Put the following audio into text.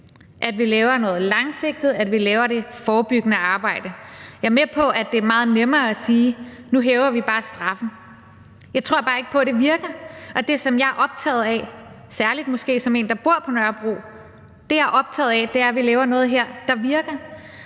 at vi laver noget langsigtet; at vi laver det forebyggende arbejde. Jeg er med på, at det er meget nemmere at sige: Nu hæver vi bare straffen. Jeg tror bare ikke på, at det virker, og det, som jeg er optaget af – særlig som en, der bor på Nørrebro – er, at vi laver noget her, der virker.